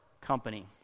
company